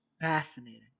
fascinating